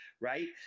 Right